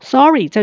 Sorry